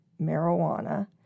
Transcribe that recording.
marijuana